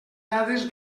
dades